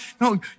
no